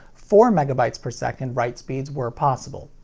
four megabyte per second write speeds were possible.